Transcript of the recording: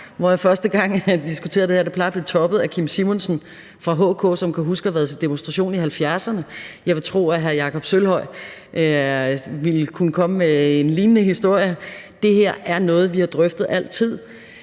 hvor jeg første gang diskuterede det her. Det plejer at blive toppet af Kim Simonsen fra HK, som kan huske at have været til demonstration i 1970'erne. Jeg vil tro, at hr. Jakob Sølvhøj ville kunne komme med en lignende historie. Det her er noget, vi har drøftet altid,